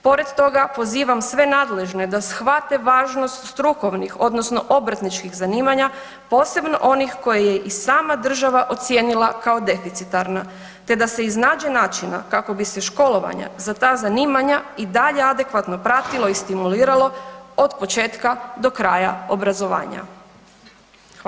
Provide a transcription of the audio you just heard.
Pored toga, pozivam sve nadležne da shvate važnost strukovnih odnosno obrtničkih zanimanja, posebno onih koje je i sama država ocijenila kao deficitarna te da se iznađe načina kako bi se školovanja za ta zanimanja i dalje adekvatno pratilo i stimuliralo od početka do kraja obrazovanja.